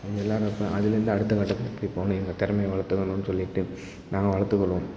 அப்படி விளாட்றப்ப அதுலேருந்து அடுத்த கட்டத்துக்கு எப்படி போகணும் எங்கள் திறமைய வளர்த்துக்கணுன்னு சொல்லிவிட்டு நாங்கள் வளர்த்துக்கொள்வோம்